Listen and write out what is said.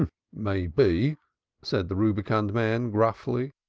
maybe, said the rubicund man gruffly.